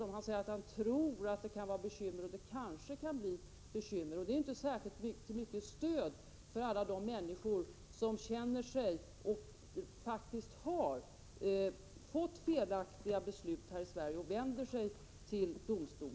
Bo Hammar säger att han tror att det kan vara bekymmer eller att det kanske kan bli bekymmer, och det är inte särskilt mycket till stöd för alla de människor som faktiskt har drabbats av felaktiga beslut här i Sverige och som vänder sig till domstolen.